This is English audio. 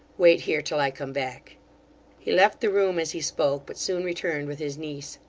wait here till i come back he left the room as he spoke but soon returned with his niece.